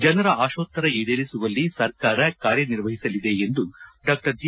ಜನರ ಆಶೋತ್ತರ ಈಡೇರಿಸುವಲ್ಲಿ ಸರ್ಕಾರ ಕಾರ್ಯನಿರ್ವಹಿಸಲಿದೆ ಎಂದು ಡಾ ಜಿ